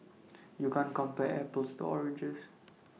you can't compare apples to oranges